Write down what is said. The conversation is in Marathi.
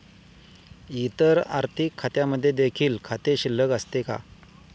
इतर आर्थिक खात्यांमध्ये देखील खाते शिल्लक असते का?